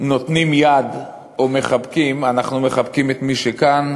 נותנים יד או מחבקים, אנחנו מחבקים את מי שכאן.